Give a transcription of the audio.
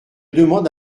demande